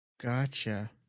Gotcha